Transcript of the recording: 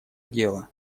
дело